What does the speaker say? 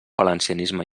valencianisme